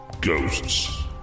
Ghosts